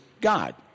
God